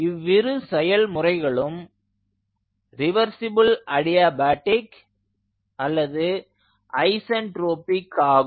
இவ்விரு செயல்முறைகளும் reversible adiabatic அல்லது ஐசென்ட்ரோபிக் ஆகும்